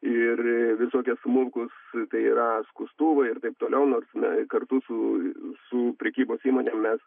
ir visokie smulkūs tai yra yra skustuvai ir taip toliau nors mes kartu su su prekybos įmonėm mes